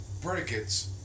predicates